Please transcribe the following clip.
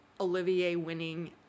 Olivier-winning